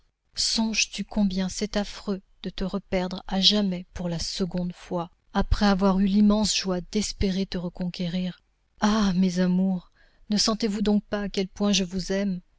songes-tu combien c'est affreux de te reperdre à jamais pour la seconde fois après avoir eu l'immense joie d'espérer te reconquérir ah mes amours ne sentez-vous donc pas à quel point je vous aime